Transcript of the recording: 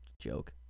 joke